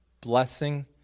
blessing